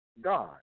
God